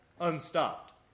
unstopped